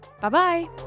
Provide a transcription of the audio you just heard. Bye-bye